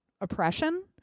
oppression